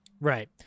Right